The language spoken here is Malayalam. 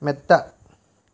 മെത്ത